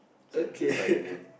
so that's why the name